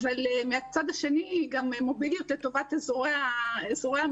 אבל מן הצד השני גם מוביליות לטובת אזורי המרכז,